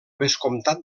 vescomtat